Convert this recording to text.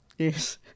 Yes